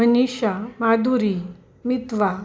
Anisha Madhuri Mitwa